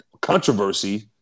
controversy